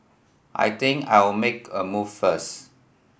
I think I'll make a move first